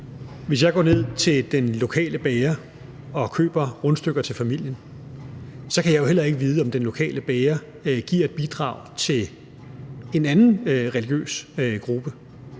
Hvis jeg går ned til den lokale bager og køber rundstykker til familien, kan jeg jo heller ikke vide, om den lokale bager giver et bidrag til en anden religiøs gruppe.